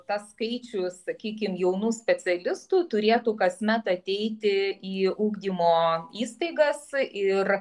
tą skaičių sakykime jaunų specialistų turėtų kasmet ateiti į ugdymo įstaigas ir